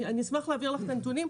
אשמח להעביר לך את הנתונים.